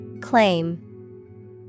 Claim